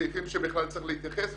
הסעיפים אליהם צריך להתייחס.